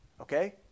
Okay